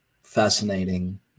fascinating